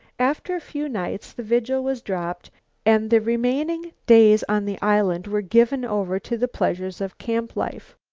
after a few nights the vigil was dropped and the remaining days on the island were given over to the pleasures of camp life.